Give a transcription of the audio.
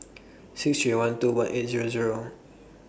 six three one two one eight Zero Zero